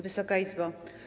Wysoka Izbo!